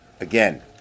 Again